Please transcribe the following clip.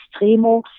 extremo